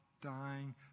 dying